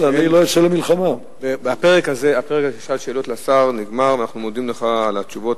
אני לא אסתיר, הדברים הרבה פעמים מותנים במפקד